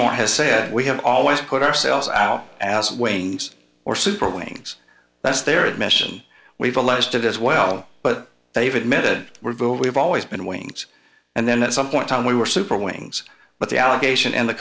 moore has said we have always put ourselves out as wayne's or super wings that's their admission we've alleged as well but they've admitted we're both we've always been wings and then at some point on we were super wings but the allegation and the